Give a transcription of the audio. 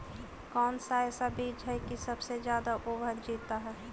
कौन सा ऐसा बीज है की सबसे ज्यादा ओवर जीता है?